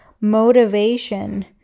motivation